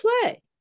play